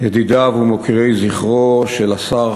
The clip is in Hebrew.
ידידיו ומוקירי זכרו של השר,